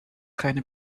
keine